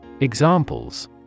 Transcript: Examples